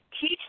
teach